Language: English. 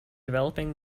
developing